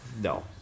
no